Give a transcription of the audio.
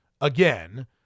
again